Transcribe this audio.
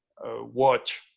Watch